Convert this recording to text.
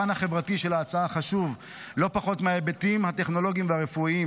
הפן החברתי של ההצעה חשוב לא פחות מההיבטים הטכנולוגיים והרפואיים.